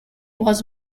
was